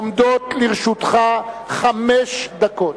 עומדות לרשותך חמש דקות,